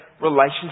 relationship